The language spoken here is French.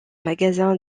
magasin